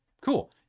Cool